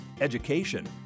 education